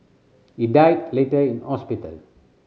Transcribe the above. he died later in hospital